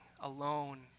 alone